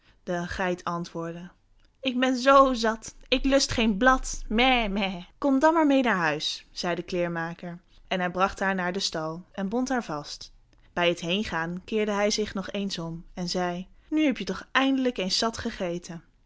de geit antwoordde ik ben zoo zat ik lust geen blad mè mè kom dan maar meê naar huis zei de kleermaker en hij bracht haar naar den stal en bond haar vast bij het heengaan keerde hij zich nog eens om en zei nu heb je je toch eindelijk eens zat gegeten